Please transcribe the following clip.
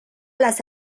las